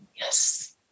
Yes